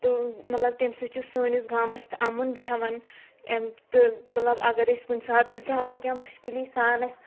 تہٕ مطلب تَمہِ سۭتۍ چھُ سٲنِس گامَس تہِ اَمُن بیٚہوان اَمہِ تہٕ مطلب اگر أسۍ کُنہِ ساتہٕ زیادٕ کینٛہہ مُشکِلی سان اَسہِ